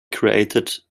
created